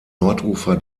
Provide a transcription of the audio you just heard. nordufer